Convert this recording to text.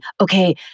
okay